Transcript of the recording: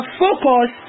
focus